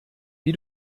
wie